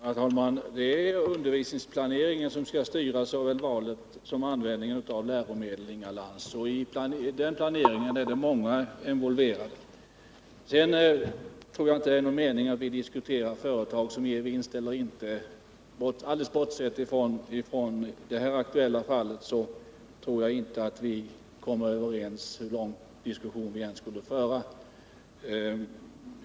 Herr talman! Det är undervisningsplaneringen som skall styra såväl valet som användningen av läromedel, Inga Lantz, och i den planeringen är många involverade. Sedan tror jag inte att det är någon mening med att Inga Lantz och jag diskuterar frågan om huruvida företag skall ge vinst eller inte. Alldeles bortsett från det här aktuella fallet tror jag inte att vi skulle komma överens, hur lång diskussion vi än förde.